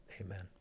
Amen